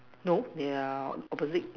no they are opposite